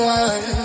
one